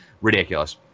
ridiculous